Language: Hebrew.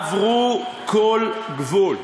עברו כל גבול,